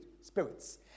spirits